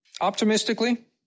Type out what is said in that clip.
Optimistically